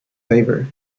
favor